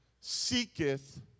seeketh